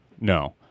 No